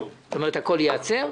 הכול ייעצר?